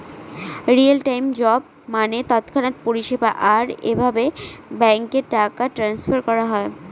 real time job মানে তৎক্ষণাৎ পরিষেবা, আর এভাবে ব্যাঙ্কে টাকা ট্রান্সফার করা হয়